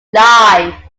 live